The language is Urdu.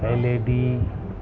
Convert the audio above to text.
L A D